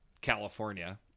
california